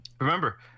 remember